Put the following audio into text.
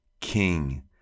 King